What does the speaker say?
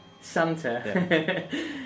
Santa